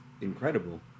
incredible